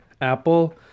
Apple